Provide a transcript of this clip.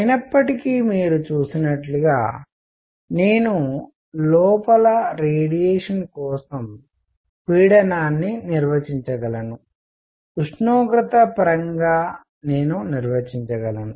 అయినప్పటికీ మీరు చూసినట్లుగా నేను లోపల రేడియేషన్ కోసం పీడనంను నిర్వచించగలను ఉష్ణోగ్రత పరంగా నేను నిర్వచించగలను